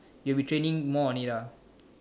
you'll be training more on it lah